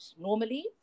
normally